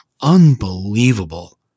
unbelievable